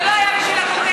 זה לא היה בשביל הכותרת,